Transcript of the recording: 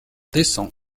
descend